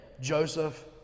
Joseph